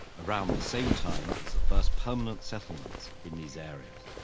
around the same time as the first permanent settlements in these areas.